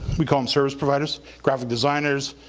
we call em service providers, graphic designers.